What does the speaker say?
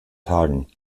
tagen